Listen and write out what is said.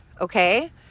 Okay